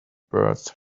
birds